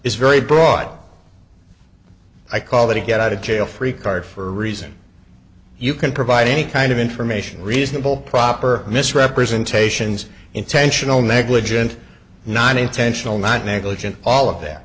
is very broad i call that a get out of jail free card for a reason you can provide any kind of information reasonable proper misrepresentations intentional negligent not intentional not negligent all of that